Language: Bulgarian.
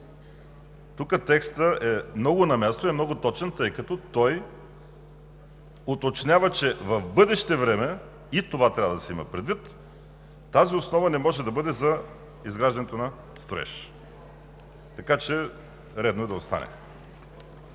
тук текстът е много на място и е много точен, тъй като той уточнява, че в бъдеще време, и това трябва да се има предвид, тази основа не може да бъде за изграждането на строеж. Така че, редно е да остане.